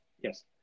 Yes